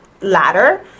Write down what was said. ladder